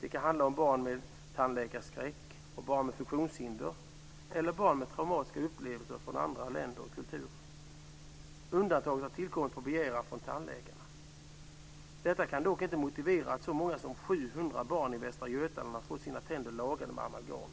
Det kan handla om barn med tandläkarskräck och barn med funktionshinder eller om barn med traumatiska upplevelser från andra länder och kulturer. Undantaget har tillkommit på begäran från tandläkarna. Detta kan dock inte motivera att så många som 700 barn i Västra Götaland har fått sina tänder lagade med amalgam.